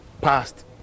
passed